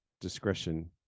discretion